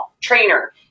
trainer